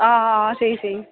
हां हां स्हेई स्हेई